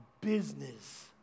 business